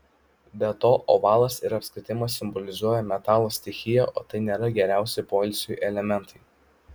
be to ovalas ir apskritimas simbolizuoja metalo stichiją o tai nėra geriausi poilsiui elementai